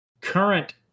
current